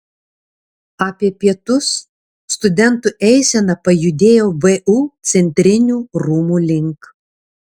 apie pietus studentų eisena pajudėjo vu centrinių rūmų link